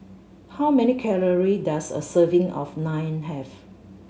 how many calorie does a serving of Naan have